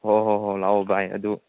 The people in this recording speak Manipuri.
ꯍꯣ ꯍꯣ ꯍꯣ ꯂꯥꯛꯑꯣ ꯚꯥꯏ ꯑꯗꯨ